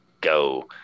Go